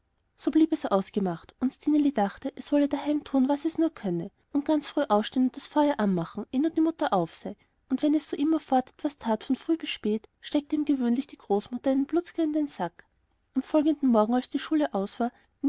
so blieb es ausgemacht und stineli dachte es wolle daheim tun was es nur könne und ganz früh aufstehen und das feuer anmachen eh nur die mutter auf sei denn wenn es so immerfort etwas tat von früh bis spät steckte ihm gewöhnlich die großmutter einen blutzger in den sack am folgenden morgen als die schule aus war